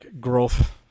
growth